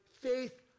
faith